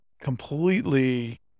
completely